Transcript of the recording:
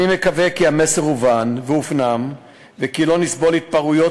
אני מקווה כי הובן והופנם המסר שלא נסבול התפרעויות